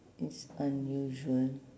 is unusual